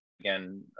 again